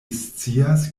scias